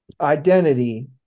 identity